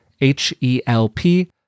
H-E-L-P